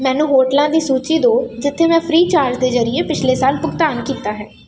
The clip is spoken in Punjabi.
ਮੈਨੂੰ ਹੋਟਲਾਂ ਦੀ ਸੂਚੀ ਦਿਉ ਜਿੱਥੇ ਮੈਂ ਫ੍ਰੀਚਾਰਜ ਦੇ ਜ਼ਰੀਏ ਪਿਛਲੇ ਸਾਲ ਭੁਗਤਾਨ ਕੀਤਾ ਹੈ